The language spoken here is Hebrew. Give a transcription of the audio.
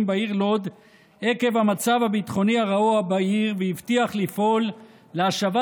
בעיר לוד עקב המצב הביטחוני הרעוע בעיר והבטיח לפעול להשבת